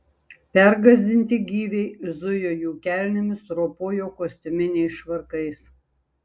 pergąsdinti gyviai zujo jų kelnėmis ropojo kostiuminiais švarkais